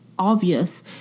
obvious